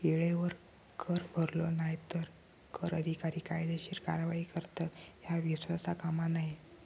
येळेवर कर भरलो नाय तर कर अधिकारी कायदेशीर कारवाई करतत, ह्या विसरता कामा नये